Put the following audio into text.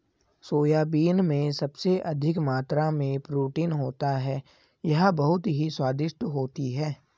soybean में सबसे अधिक मात्रा में प्रोटीन होता है यह बहुत ही स्वादिष्ट होती हैं